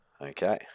Okay